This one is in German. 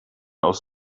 aus